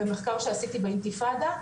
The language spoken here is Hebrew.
במחקר שעשיתי באינתיפאדה,